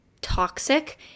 toxic